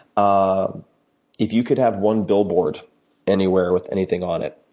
ah if you could have one billboard anywhere with anything on it,